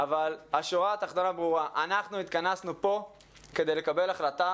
אבל השורה התחתונה ברורה: אנחנו התכנסנו פה כדי לקבל החלטה,